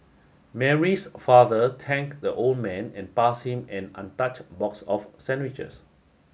Mary's father thanked the old man and pass him an untouched box of sandwiches